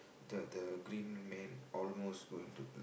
the the green man almost going to